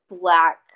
black